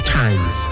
times